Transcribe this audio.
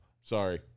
Sorry